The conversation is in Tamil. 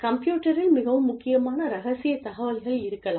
கம்பியுட்டரில் மிகவும் முக்கியமான ரகசியத் தகவல்கள் இருக்கலாம்